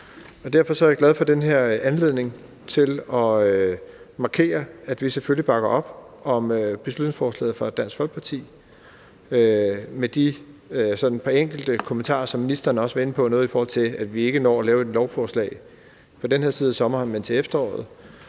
Derfor er jeg glad for den her anledning til at markere, at vi selvfølgelig bakker op om beslutningsforslaget fra Dansk Folkeparti med de par enkelte kommentarer, som ministeren også var inde på, altså noget, i forhold til at vi ikke når at lave et lovforslag på den her side af sommeren, men til efteråret,